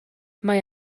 mae